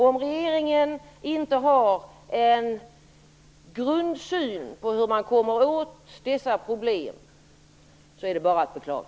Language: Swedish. Om regeringen inte har en grundsyn på hur man kommer åt dessa problem är det bara att beklaga.